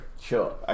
Sure